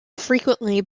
frequently